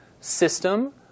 system